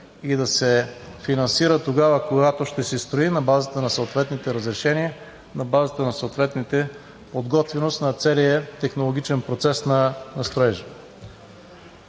и да се финансира тогава, когато ще се строи на базата на съответните разрешения, на базата на съответната подготвеност на целия технологичен процес на строежа.